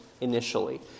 initially